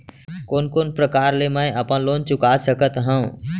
कोन कोन प्रकार ले मैं अपन लोन चुका सकत हँव?